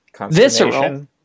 Visceral